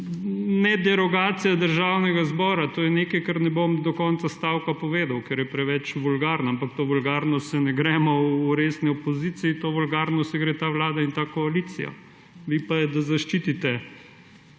ne derogacija Državnega zbora, to je nekaj kar ne bom do konca stavka povedal, ker je preveč vulgaren, ampak to vulgarnost se ne gremo v resni opoziciji, to vulgarnost se gre ta Vlada in ta koalicija, mi pa, da zaščitite